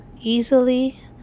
easily